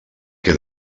que